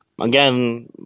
again